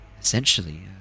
essentially